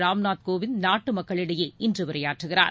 ராம்நாத் கோவிந்த் நாட்டு மக்களிடையே இன்று உரையாற்றுகிறார்